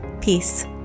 Peace